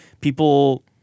people